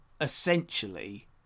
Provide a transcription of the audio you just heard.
essentially